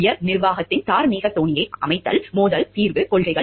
உயர் நிர்வாகத்தின் தார்மீக தொனியை அமைத்தல் மோதல் தீர்வு கொள்கைகள்